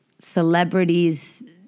celebrities